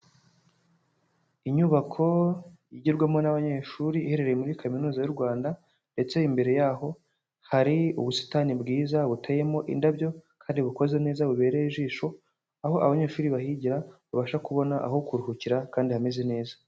Inyubako yigirwamo n'abanyeshuri iherereye muri kaminuza y'u Rwanda ndetse imbere y'aho hari ubusitani bwiza buteyemo indabyo kandi bukoze neza bubereye ijisho, aho abanyeshuri bahigira babasha kubona aho kuruhukira kandi hameze neza.